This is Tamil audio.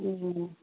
ம் ம்